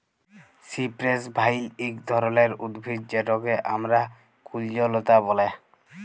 cypress vine ইক ধরলের উদ্ভিদ যেটকে আমরা কুল্জলতা ব্যলে